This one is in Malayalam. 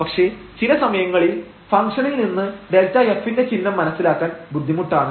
പക്ഷേ ചില സമയങ്ങളിൽ ഫംഗ്ഷനിൽ നിന്ന് Δf ന്റെ ചിഹ്നം മനസ്സിലാക്കാൻ ബുദ്ധിമുട്ടാണ്